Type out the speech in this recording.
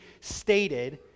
stated